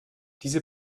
diese